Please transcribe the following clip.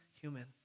human